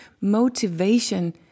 motivation